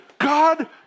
God